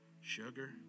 sugar